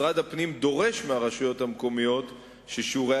משרד הפנים דורש מהרשויות המקומיות ששיעורי